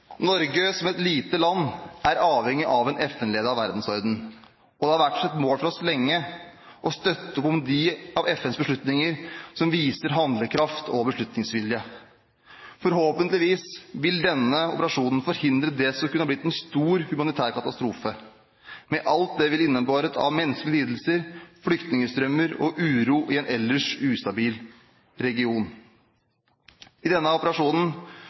Norge er som et lite land avhengig av en FN-ledet verdensorden, og det har lenge vært et mål for oss å støtte opp om de av FNs beslutninger som viser handlekraft og beslutningsvilje. Forhåpentligvis vil denne operasjonen forhindre det som kunne ha blitt en stor humanitær katastrofe, med alt det ville innebære av menneskelige lidelser, flyktningstrømmer og uro i en ellers ustabil region. I denne operasjonen